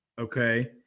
Okay